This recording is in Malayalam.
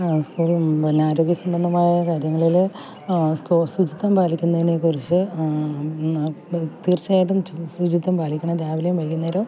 പിന്നെ ആരോഗ്യസംബന്ധമായ കാര്യങ്ങളിൽ സ്കൂൾ ശുചിത്വം പാലിക്കുന്നതിനെക്കുറിച്ച് തീർച്ചയായിട്ടും ശുചിത്വം പാലിക്കണം രാവിലെയും വൈകുന്നേരവും